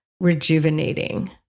rejuvenating